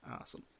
Awesome